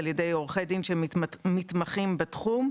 על ידי עורכי דין שמתמחים בתחום,